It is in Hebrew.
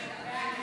ההצעה